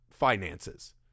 finances